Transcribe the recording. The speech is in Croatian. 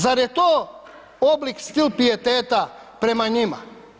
Zar je to oblik i stil pijeteta prema njima?